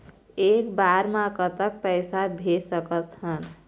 एक बार मे कतक पैसा भेज सकत हन?